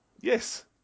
Yes